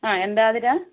ആ എന്താ ആതിര